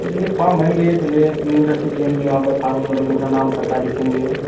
देखिए फोर्म पहले रसीद लेंगे वहाँ पर फारम भरेंगे अपना नाम पता लिखेंगे